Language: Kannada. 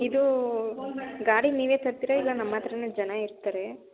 ಇದು ಗಾಡಿ ನೀವೆ ತರುತ್ತೀರಾ ಇಲ್ಲ ನಮ್ಮ ಹತ್ರವೆ ಜನ ಇರ್ತಾರೆ